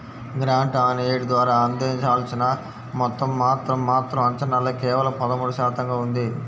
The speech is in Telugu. గ్రాంట్ ఆన్ ఎయిడ్ ద్వారా అందాల్సిన మొత్తం మాత్రం మాత్రం అంచనాల్లో కేవలం పదమూడు శాతంగా ఉంది